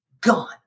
gone